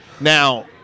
Now